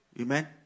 Amen